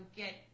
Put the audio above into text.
get